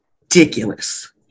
ridiculous